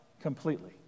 completely